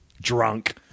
drunk